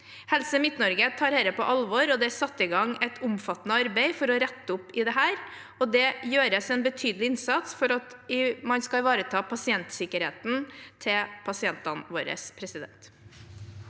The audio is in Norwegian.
Helse Midt-Norge tar dette på alvor, og det er satt i gang et omfattende arbeid for å rette opp i dette. Det gjøres en betydelig innsats for at man skal ivareta pasientsikkerheten til pasientene våre. Bård